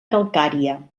calcària